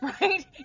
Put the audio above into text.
right